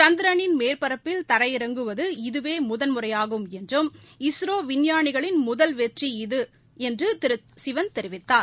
சந்திரனின் மேற்பரப்பில் தரை இறங்குவது இதுவேமுதன் முறையாகும் என்றும் இஸ்ரோவிஞ்ஞானிகளின் முதல் வெற்றி இது திருசிவன் தெரிவித்தார்